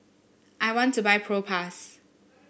I want to buy Propass